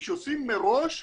כשעושים מראש,